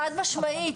חד-משמעית.